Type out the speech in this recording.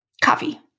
Coffee